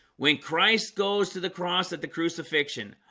when christ goes to the cross at the crucifixion